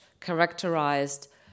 characterized